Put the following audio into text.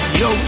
yo